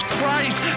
Christ